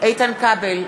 איתן כבל,